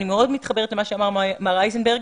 אני מאוד מתחברת למה שאמר מר אייזנברג,